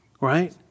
right